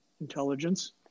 intelligence